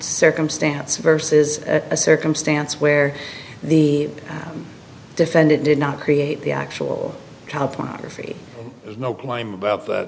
circumstance versus a circumstance where the defendant did not create the actual child pornography no claim about th